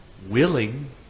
Willing